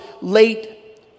late